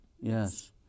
Yes